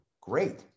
great